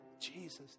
Jesus